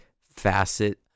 facet